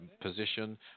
position